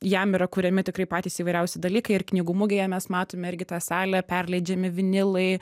jam yra kuriami tikrai patys įvairiausi dalykai ir knygų mugėje mes matome irgi tą salę perleidžiami vinilai